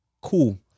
Cool